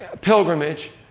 pilgrimage